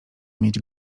mieć